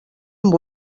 amb